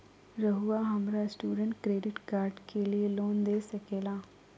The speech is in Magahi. रहुआ हमरा स्टूडेंट क्रेडिट कार्ड के लिए लोन दे सके ला?